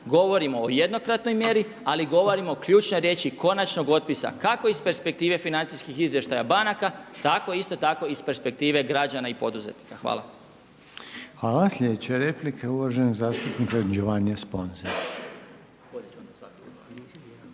govorimo o jednokratnoj mjeri, ali govorimo ključne riječi konačnog otpisa kako iz perspektive financijskih izvještaja banaka, tako isto tako i iz perspektive građana i poduzetnika. Hvala. **Reiner, Željko (HDZ)** Hvala. Sljedeća replika je uvaženog zastupnika Giovannia Sponze.